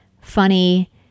funny